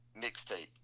mixtape